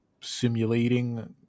simulating